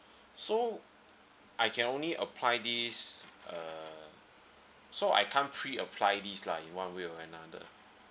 so I can only apply this uh so I can't pre apply this lah in one way or another